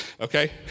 Okay